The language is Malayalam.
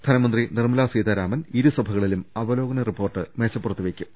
ധനമന്ത്രി നിർമ്മലാ സീതാരാമൻ ഇരുസഭക ളിലും അവലോകന റിപ്പോർട്ട് മേശപ്പുറത്ത് വെയ്ക്കും